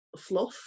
fluff